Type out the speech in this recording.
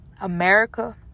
America